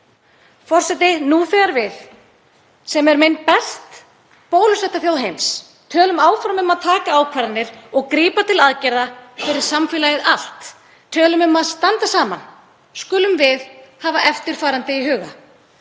Forseti. Nú þegar við, sem erum ein best bólusetta þjóð heims, tölum áfram um að taka ákvarðanir og grípa til aðgerða fyrir samfélagið allt, tölum um að standa saman, skulum við hafa eftirfarandi í huga: